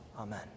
Amen